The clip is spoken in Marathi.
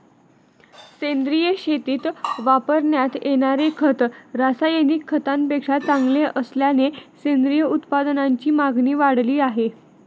सेंद्रिय शेतीत वापरण्यात येणारे खत रासायनिक खतांपेक्षा चांगले असल्याने सेंद्रिय उत्पादनांची मागणी वाढली आहे